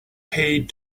paid